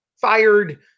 fired